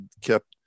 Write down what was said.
kept